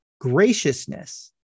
graciousness